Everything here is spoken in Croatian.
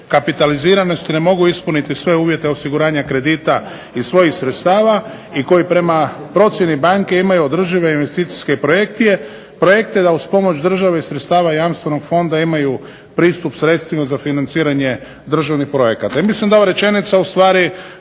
kapitaliziranosti ne mogu ispuniti sve uvjete osiguranja kredita iz svojih sredstava i koji prema procjeni banke imaju održive investicijske projekte da uz pomoć državi iz sredstava Jamstvenog fonda imaju pristup sredstvima za financiranje državnih projekata. I mislim da ova rečenica ustvari